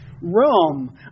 Rome